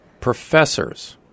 Professors